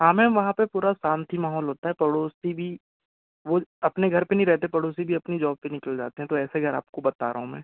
हाँ मैम वहाँ पर पूरा शांत ही माहौल होता है पड़ोसी भी वो अपने घर पर नहीं रहते पड़ोसी भी अपनी जॉब पर निकल जाते हैं तो ऐसे घर आपको बता रहा हूँ मैं